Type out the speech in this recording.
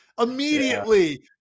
immediately